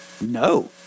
no